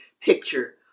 picture